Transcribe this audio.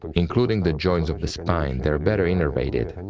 but including the joints of the spine, they are better innervated. and